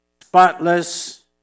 spotless